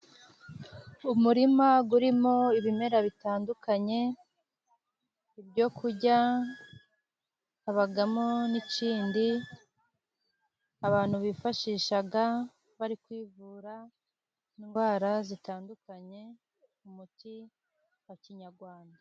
Umurima urimo ibimera bitandukanye, ibyo kurya, habamo n'ikindi abantu bifashisha bari kwivura indwara zitandukanye, umuti wa kinyarwanda.